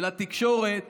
לתקשורת